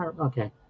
Okay